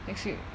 next week